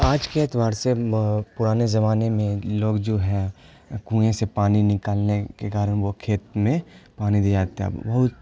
آج کے اعتبار سے پرانے زمانے میں لوگ جو ہے کنوئیں سے پانی نکالنے کے کارن وہ کھیت میں پانی دیا جاتا ہے وہ بہت